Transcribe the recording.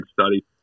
study